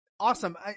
Awesome